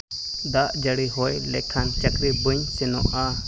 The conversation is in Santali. ᱫᱟᱜ ᱡᱟᱹᱲᱤ ᱦᱳᱭ ᱞᱮᱠᱷᱟᱱ ᱪᱟᱹᱠᱨᱤ ᱵᱟᱹᱧ ᱥᱮᱱᱚᱜᱼᱟ